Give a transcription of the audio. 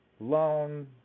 loan